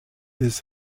his